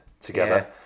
together